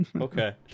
okay